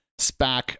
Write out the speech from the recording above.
SPAC